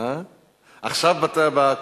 עכשיו אני כשר החינוך.